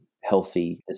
Healthy